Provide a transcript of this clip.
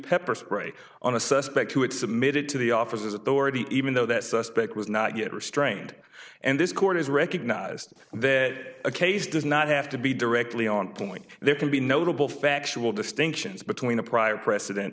pepper spray on a suspect who had submitted to the officers authority even though that suspect was not yet restrained and this court has recognized that a case does not have to be directly on point there can be notable factual distinctions between a prior precedent